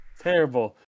Terrible